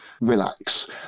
relax